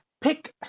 pick